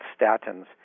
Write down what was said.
statins